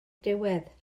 diwedd